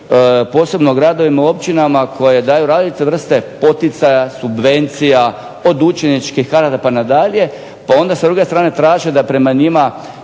posebno o gradovima i općinama koje daju različite vrste poticaja, subvencija, od učeničkih karata pa nadalje, pa onda s druge strane traže da prema njima